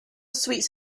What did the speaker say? sweets